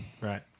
Right